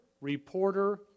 reporter